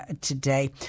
today